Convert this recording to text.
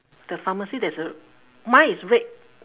the pharmacy there's a mine is red